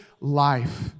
life